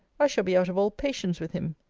i shall be out of all patience with him.